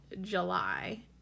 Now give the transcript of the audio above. July